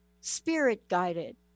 spirit-guided